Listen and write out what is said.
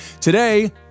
Today